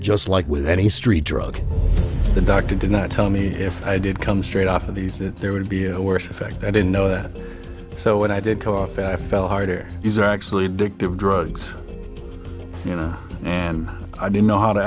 just like with any street drug the doctor did not tell me if i did come straight off of these that there would be a worse effect i didn't know that so when i did coffee i fell harder is actually addictive drugs you know and i didn't know how to